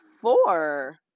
four